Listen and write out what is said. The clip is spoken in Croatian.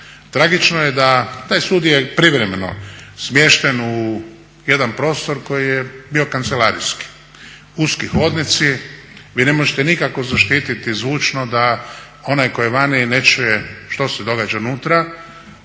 tragično je da taj sud je privremeno smješten u jedan prostor koji je bio kancelarijski. Uski hodnici, vi ne možete nikako zaštititi zvučno da onaj tko je vani ne čuje što se događa unutra.